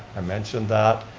i mentioned that,